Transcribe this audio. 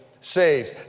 saves